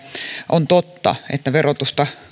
on totta että verotusta